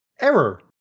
Error